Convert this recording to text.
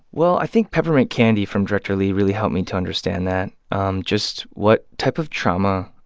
well, i think peppermint candy from director lee really helped me to understand that um just what type of trauma